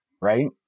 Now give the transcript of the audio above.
Right